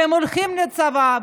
והם הולכים לצבא,